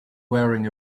wearing